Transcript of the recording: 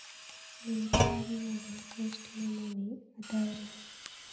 ನೇರಾವರಿಯಾಗ ಎಷ್ಟ ನಮೂನಿ ಅದಾವ್ರೇ?